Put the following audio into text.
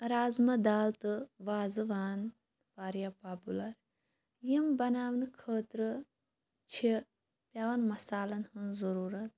رازما دال تہٕ وازوان واریاہ پاپُلَر یِم بَناونہٕ خٲطرٕ چھِ پٮ۪وان مَصالَن ہٕنٛز ضٔروٗرت